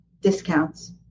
discounts